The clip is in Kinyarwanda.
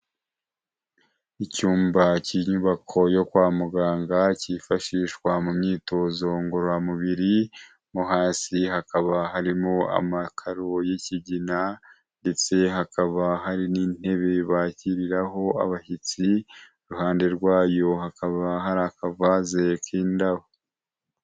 Icyumba cy'inyubako yo kwa muganga cyifashishwa mu myitozo ngororamubiri no hasi hakaba harimo amakaro y'ikigina, ndetse hakaba hari n'intebe bashyiriraho abashyitsi iruhande rwayo hakaba hari akavaze k'indaho.